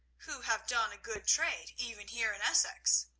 who have done a good trade, even here in essex.